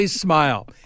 smile